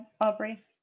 Aubrey